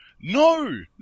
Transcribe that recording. No